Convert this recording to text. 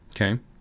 Okay